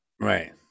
Right